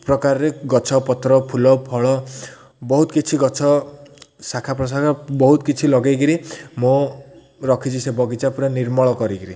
ପ୍ରକାରରେ ଗଛ ପତ୍ର ଫୁଲ ଫଳ ବହୁତ କିଛି ଗଛ ଶାଖା ପ୍ରଶାଖା ବହୁତ କିଛି ଲଗେଇକିରି ମୁଁ ରଖିଛି ସେ ବଗିଚା ପୁରା ନିର୍ମଳ କରିକିରି